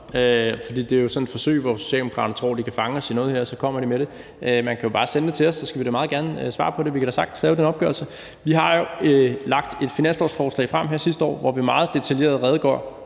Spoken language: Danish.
side på at fange os i noget. Det tror de at de kan, og så kommer de med det. Man kan jo bare sende det til os, og så skal vi da meget gerne svare på det. Vi kan da sagtens lave den opgørelse. Vi lagde jo et finanslovsforslag frem sidste år, hvor vi meget detaljeret krone